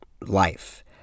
life